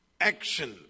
action